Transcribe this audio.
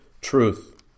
truth